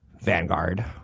Vanguard